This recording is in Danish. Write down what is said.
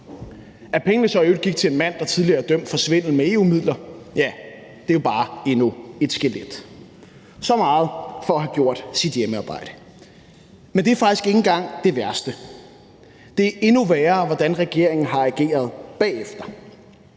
At pengene så i øvrigt gik til en mand, der tidligere er dømt for svindel med EU-midler, er bare endnu et skelet. Så meget for at have gjort sit hjemmearbejde. Men det er faktisk ikke engang det værste. Den måde, regeringen har ageret på bagefter,